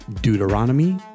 Deuteronomy